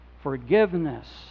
Forgiveness